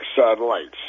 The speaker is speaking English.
satellites